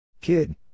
Kid